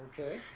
Okay